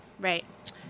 Right